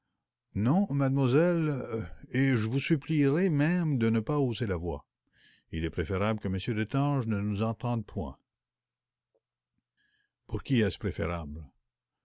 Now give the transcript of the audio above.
non mademoiselle et je vous supplierai même de ne pas hausser la voix il est préférable que m destange ne nous entende point pour qui est-ce préférable